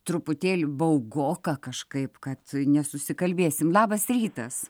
truputėlį baugoka kažkaip kad nesusikalbėsim labas rytas